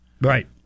Right